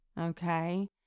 Okay